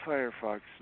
Firefox